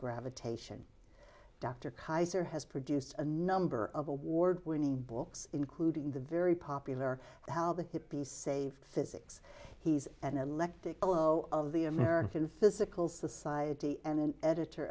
gravitation dr keyser has produced a number of award winning books including the very popular how the hippies save physics he's an elected oh of the american physical society and an editor